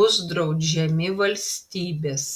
bus draudžiami valstybės